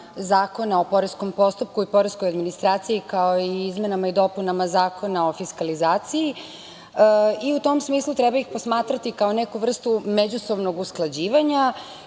Zakona o poreskom postupku i poreskoj administraciji, kao i o izmenama i dopunama Zakona o fiskalizaciji i u tom smislu treba ih posmatrati kao neku vrstu međusobnog usklađivanja,